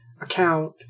account